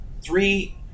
three